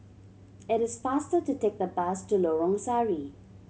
it is faster to take the bus to Lorong Sari